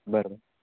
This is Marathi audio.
बरं बरं